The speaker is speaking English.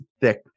thick